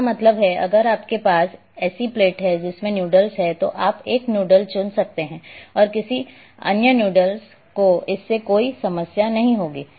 इसका मतलब है अगर आपके पास ऐसी प्लेट है जिसमें नूडल्स हैं तो आप एक नूडल चुन सकते हैं और किसी अन्य नूडल्स को इससे कोई समस्या नहीं होगी